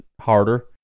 harder